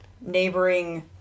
neighboring